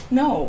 no